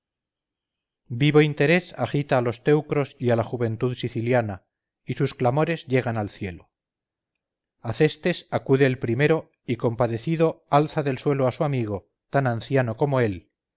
vivo interés agita a los teucros y a la juventud siciliana y sus clamores llegan al cielo acestes acude el primero y compadecido alza del suelo a su amigo tan anciano como él